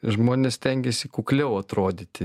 žmonės stengiasi kukliau atrodyti